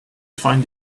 find